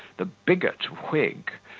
the bigot whig,